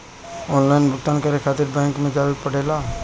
Online भुगतान करे के खातिर बैंक मे जवे के पड़ेला का?